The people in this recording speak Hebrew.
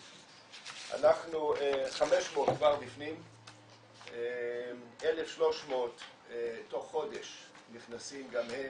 500 כבר בפנים, 1,300 תוך חודש נכנסים גם הם